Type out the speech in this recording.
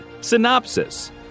Synopsis